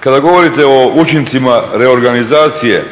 Kada govorite o učincima reorganizacije